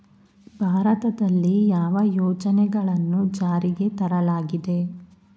ಭಾರತದಲ್ಲಿ ಯಾವ ಯೋಜನೆಗಳನ್ನು ಜಾರಿಗೆ ತರಲಾಗಿದೆ?